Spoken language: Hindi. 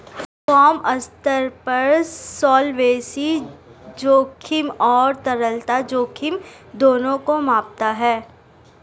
फर्म स्तर पर सॉल्वेंसी जोखिम और तरलता जोखिम दोनों को मापता है